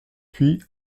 puis